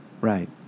Right